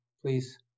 please